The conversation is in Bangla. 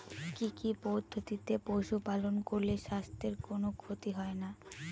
কি কি পদ্ধতিতে পশু পালন করলে স্বাস্থ্যের কোন ক্ষতি হয় না?